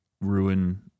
ruin